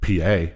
PA